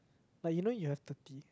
like you know you have thirty